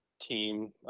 team